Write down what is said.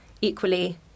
equally